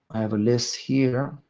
i have a list here.